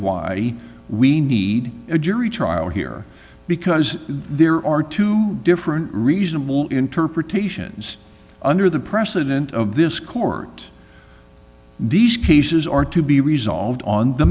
why we need a jury trial here because there are two different reasonable interpretations under the precedent of this court these cases are to be resolved on the